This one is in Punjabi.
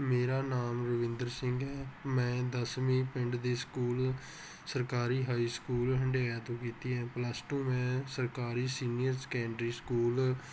ਮੇਰਾ ਨਾਮ ਰਵਿੰਦਰ ਸਿੰਘ ਹੈ ਮੈਂ ਦਸਵੀਂ ਪਿੰਡ ਦੇ ਸਕੂਲ ਸਰਕਾਰੀ ਹਾਈ ਸਕੂਲ ਹੰਡਿਆਇਆ ਤੋਂ ਕੀਤੀ ਹੈ ਪਲੱਸ ਟੂ ਮੈਂ ਸਰਕਾਰੀ ਸੀਨੀਅਰ ਸੈਕੈਂਡਰੀ ਸਕੂਲ